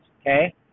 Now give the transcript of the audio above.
okay